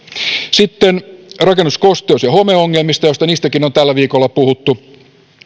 sitten rakennus kosteus ja homeongelmista joista niistäkin on tällä viikolla puhuttu